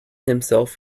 himself